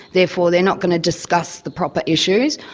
therefore they're not going to discuss the proper issues.